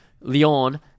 Leon